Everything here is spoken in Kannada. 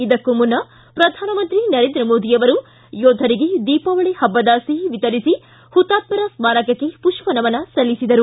ಇದಕ್ಕೂ ಮುನ್ನ ಪ್ರಧಾನಮಂತ್ರಿ ನರೇಂದ್ರ ಮೋದಿ ಅವರು ಯೋಧರಿಗೆ ದೀಪಾವಳಿ ಹಬ್ಬದ ಸಿಹಿ ವಿತರಿಸಿ ಹುತಾತ್ನರ ಸ್ನಾರಕಕ್ಕೆ ವುಷ್ಪ ನಮನ ಸಲ್ಲಿಸಿದರು